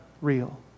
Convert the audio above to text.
real